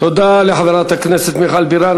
תודה לחברת הכנסת מיכל בירן.